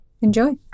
enjoy